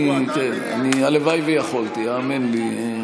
הלוואי שיכולתי, האמן לי.